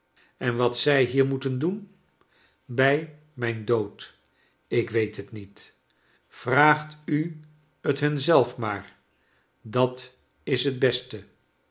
en wat zij hier moeten doen bij mijn dood ik weet het niet vraag u fc hun zelf maar dat is t beste